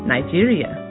Nigeria